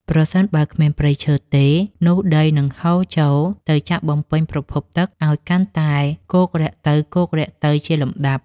ប្រសិនបើគ្មានព្រៃឈើទេ នោះដីនឹងហូរទៅចាក់បំពេញប្រភពទឹកឱ្យកាន់តែគោករាក់ទៅៗជាលំដាប់។